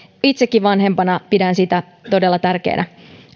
itsekin vanhempana pidän sitä todella tärkeänä